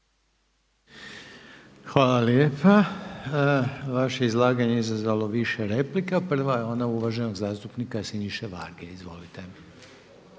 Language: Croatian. Hvala lijepa. Vaše izlaganje izazvalo je više replika. Prva je ona uvaženog zastupnik Siniše Varge. Izvolite.